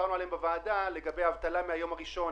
לגבי אבטלה מהיום הראשון,